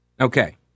Okay